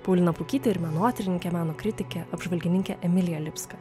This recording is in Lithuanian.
paulina pukyte ir menotyrininke meno kritike apžvalgininke emilija lipska